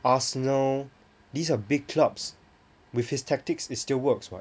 Arsenal these are big clubs with his tactics it still works [what]